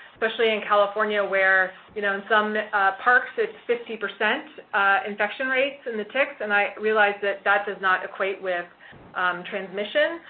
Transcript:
especially in california where, you know, in some parks, it's fifty percent infection rate in the ticks. and i realized that that does not equate with transmission.